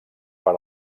per